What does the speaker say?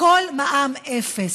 הכול מע"מ אפס.